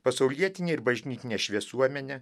pasaulietinė ir bažnytinė šviesuomenė